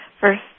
first